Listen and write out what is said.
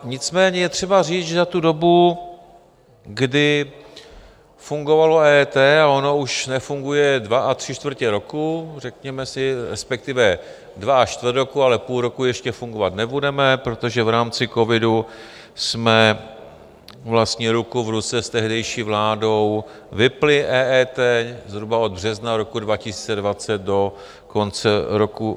Nicméně je třeba říct, že za tu dobu, kdy fungovalo EET a ono už nefunguje dva a tři čtvrtě roku, řekněme si, respektive dva a čtvrt roku, ale půl roku ještě fungovat nebude, protože v rámci covidu jsme vlastně ruku v ruce s tehdejší vládou vypnuli EET zhruba od března roku 2020 do konce roku 2022.